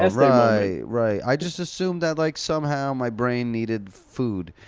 and right, right. i just assumed that like somehow, my brain needed food,